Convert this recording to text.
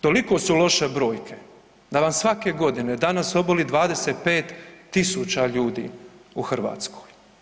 Toliko su loše brojke da nam svake godine danas oboli 25.000 ljudi u Hrvatskoj.